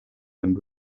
and